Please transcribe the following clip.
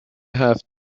هفت